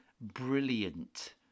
Brilliant